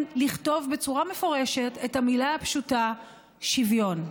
לכתוב בצורה מפורשת את המילה הפשוטה "שוויון".